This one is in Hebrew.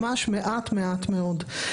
ממש מעט, מעט מאוד.